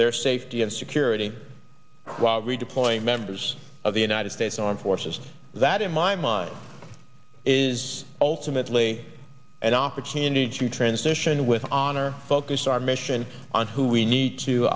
their safety and security while we deploy members of the united states armed forces that in my mind is ultimately an opportunity to transition with honor focused our mission on who we need to